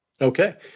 Okay